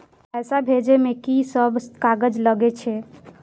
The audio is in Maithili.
पैसा भेजे में की सब कागज लगे छै?